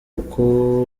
uko